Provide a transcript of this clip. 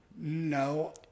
No